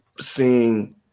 seeing